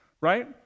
right